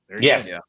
Yes